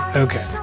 Okay